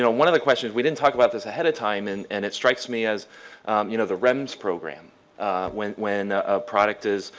you know one the the questions, we didn't talk about this ahead of time and and it strikes me as you know the rems program when when a product is